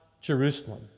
Jerusalem